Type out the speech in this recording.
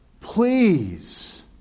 please